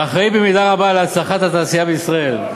והאחראי במידה רבה להצלחת התעשייה בישראל.